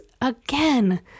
again